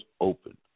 open